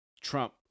trump